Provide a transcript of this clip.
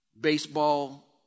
baseball